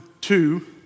two